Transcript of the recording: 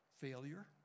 failure